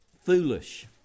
foolish